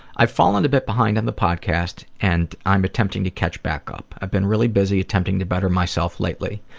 i've fallen a bit behind in the podcast and i'm attempting to catch back up. i've been really busy attempting to better myself lately.